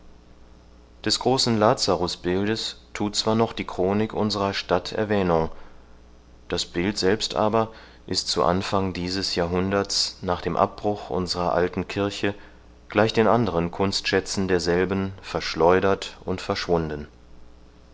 des großen lazarusbildes tut zwar noch die chronik unserer stadt erwähnung das bild selbst aber ist zu anfang dieses jahrhunderts nach dem abbruch unserer alten kirche gleich den anderen kunstschätzen derselben verschleudert und verschwunden